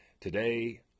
Today